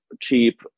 cheap